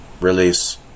release